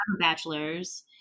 bachelor's